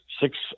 six